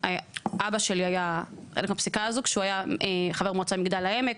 אבא שלי היה חלק מהפסיקה הזו כשהוא היה חבר מועצה במגדל העמק.